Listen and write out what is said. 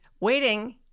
waiting